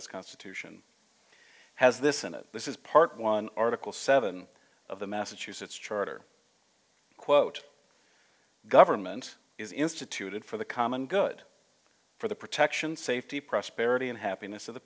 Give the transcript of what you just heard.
s constitution has this in it this is part one article seven of the massachusetts charter quote government is instituted for the common good for the protection safety prosperity and happiness of the